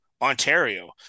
Ontario